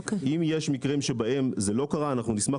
אם יש מקרים שבהם זה לא קרה אנחנו נשמח